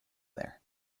there